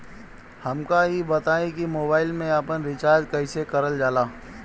हमका ई बताई कि मोबाईल में आपन रिचार्ज कईसे करल जाला?